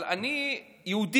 אבל אני יהודי,